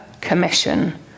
commission